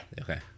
Okay